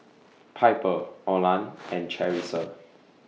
Piper Orland and Charissa